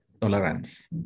tolerance